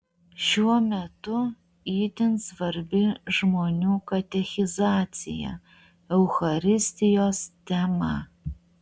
šiuo metu itin svarbi žmonių katechizacija eucharistijos tema